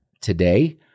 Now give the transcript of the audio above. today